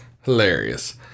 Hilarious